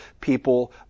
people